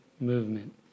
movement